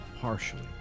partially